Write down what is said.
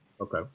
Okay